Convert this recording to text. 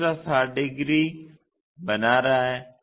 दूसरा 60 डिग्री बना रहा है